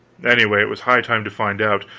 anyway, it was high time to find out.